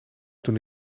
toen